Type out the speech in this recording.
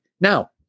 Now